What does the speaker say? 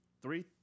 Three